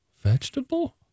vegetable